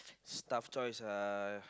staff choice lah